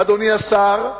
אדוני השר,